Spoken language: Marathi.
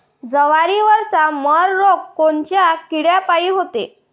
जवारीवरचा मर रोग कोनच्या किड्यापायी होते?